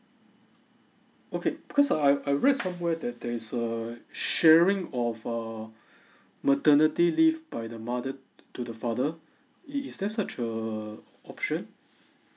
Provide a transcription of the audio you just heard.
okay because I I read somewhere that there is a sharing of err maternity leave by the mother to the father is is there such a option